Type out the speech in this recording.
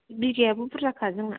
बिगायाबो बुरजाखा जोंना